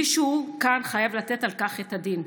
מישהו כאן חייב לתת על כך את הדין.